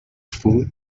food